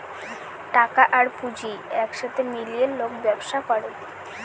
টাকা আর পুঁজি এক সাথে মিলিয়ে লোক ব্যবসা করে